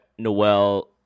Noel